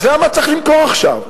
אז למה צריך למכור עכשיו?